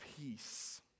peace